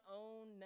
own